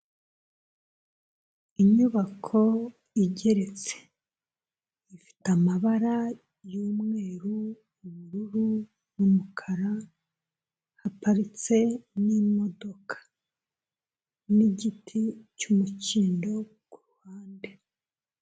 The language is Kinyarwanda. Inyubako igeretse ifite amabara y'umweru, ubururu n'umukara haparitse n'imodoka n'igiti cy'umukindo ku ruhande.